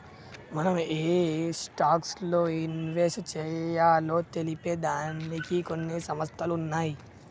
మనం ఏయే స్టాక్స్ లో ఇన్వెస్ట్ చెయ్యాలో తెలిపే దానికి కొన్ని సంస్థలు ఉన్నయ్యి